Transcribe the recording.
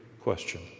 question